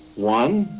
one,